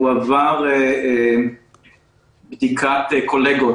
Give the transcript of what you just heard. הוא עבר בדיקת קולגות,